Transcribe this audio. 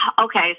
Okay